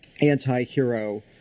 anti-hero